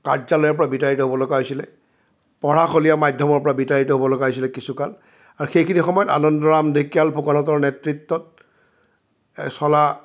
কাৰ্যালয়ৰ পৰা বিদায় ল'বলগীয়া হৈছিলে পঢ়াশলীয়া মাধ্যমৰ পৰা বিদায় ল'বলগীয়া হৈছিলে কিছুকাল আৰু সেইখিনি সময়ত আনন্দৰাম ঢেকিয়াল ফুকনহঁতৰ নেতৃত্বত চলা